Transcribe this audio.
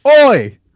Oi